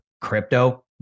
crypto